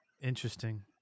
Interesting